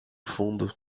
fundo